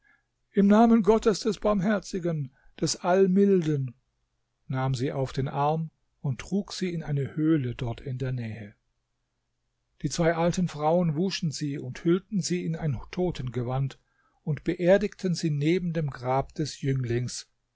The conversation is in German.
im namen gottes des barmherzigen des allmilden nahm sie auf den arm und trug sie in eine höhle dort in der nähe die zwei alten frauen wuschen sie und hüllten sie in ein totengewand und beerdigten sie neben dem grab des jünglings